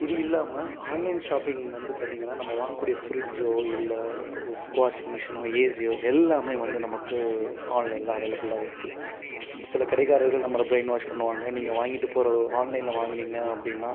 இது இல்லாமல் online shopping வந்து பார்த்தீங்கனா நம்ம வாங்கக்கூடிய ஃபிரிட்ஜோ இல்லை வாஷிங் மிஷினோ ஏசியோ எல்லாமே வந்து நமக்கு ஆன்லைனில் அவைலபிளாக இருக்குது சில கடைக்காரர்கள் நம்மளை பிரைன் வாஷ் பண்ணுவாங்க நீங்கள் வாங்கிட்டு போகிற ஆன்லைனில் வாங்கினீங்க அப்படினால்